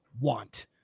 want